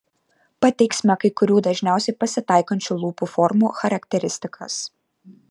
pateiksime kai kurių dažniausiai pasitaikančių lūpų formų charakteristikas